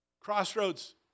Crossroads